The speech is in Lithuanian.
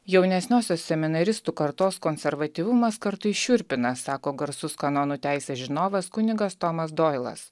jaunesniosios seminaristų kartos konservatyvumas kartais šiurpina sako garsus kanonų teisės žinovas kunigas tomas doilas